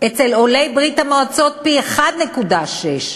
אצל עולי ברית-המועצות, פי-1.6,